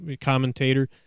commentator